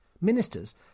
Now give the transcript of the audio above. Ministers